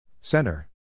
Center